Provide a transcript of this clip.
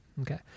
Okay